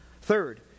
third